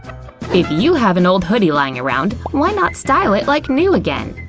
if you have an old hoodie lying around, why not style it like new again?